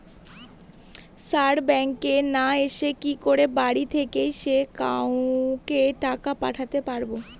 Sir ব্যাঙ্কে না এসে কি করে বাড়ি থেকেই যে কাউকে টাকা পাঠাতে পারবো?